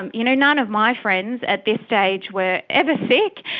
um you know, none of my friends at this stage were ever sick,